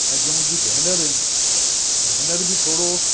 ऐं जो मुंहिंजी भेनरूं ऐं भेनरूं बि थोरो